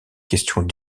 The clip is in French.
questions